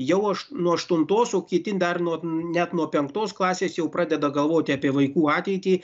jau aš nuo aštuntos o kiti dar nuo net nuo penktos klasės jau pradeda galvoti apie vaikų ateitį